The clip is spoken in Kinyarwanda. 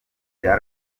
bya